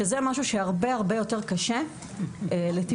שזה משהו שהרבה יותר קשה לטיפול.